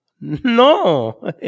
No